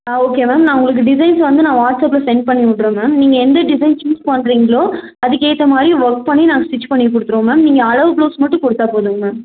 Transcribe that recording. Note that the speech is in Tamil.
ஆ ஓகே மேம் நான் உங்களுக்கு டிசைன்ஸ் வந்து நான் வாட்ஸ்அப்ல செண்ட் பண்ணி விட்றேன் மேம் நீங்கள் எந்த டிசைன் சூஸ் பண்ணுறீங்களோ அதுக்கேற்ற மாதிரி ஒர்க் பண்ணி நான் ஸ்டிட்ச் பண்ணி கொடுத்துருவேன் மேம் நீங்கள் அளவு ப்ளவுஸ் மட்டும் கொடுத்தா போதுங்க மேம்